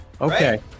okay